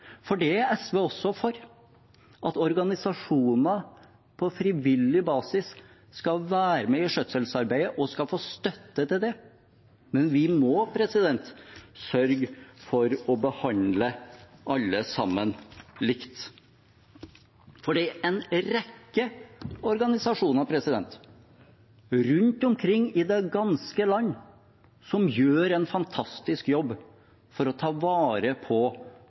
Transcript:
for det er også SV for, at organisasjoner på frivillig basis skal være med i skjøtselsarbeidet og skal få støtte til det. Men vi må sørge for å behandle alle sammen likt. For det er en rekke organisasjoner rundt omkring i det ganske land som gjør en fantastisk jobb for å ta vare på